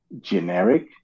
generic